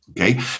okay